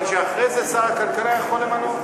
אבל שאחרי זה שר הכלכלה יכול למנות,